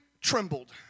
trembled